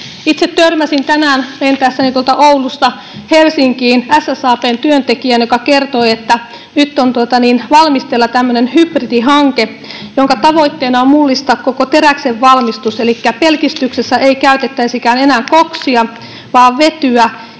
Itse törmäsin tänään lentäessäni Oulusta Helsinkiin SSAB:n työntekijään, joka kertoi, että nyt on valmisteilla tämmöinen hybridihanke, jonka tavoitteena on mullistaa koko teräksen valmistus, elikkä pelkistyksessä ei käytettäisikään enää koksia vaan vetyä.